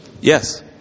Yes